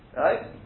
right